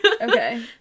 Okay